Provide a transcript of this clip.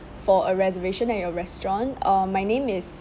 for a reservation at your restaurant uh my name is